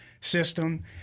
system